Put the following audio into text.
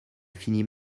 finit